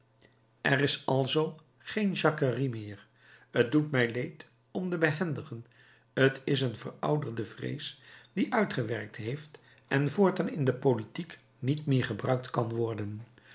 er is alzoo geen jacquerie meer t doet mij leed om de behendigen t is een verouderde vrees die uitgewerkt heeft en voortaan in de politiek niet meer gebruikt kan worden